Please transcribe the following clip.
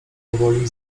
powoli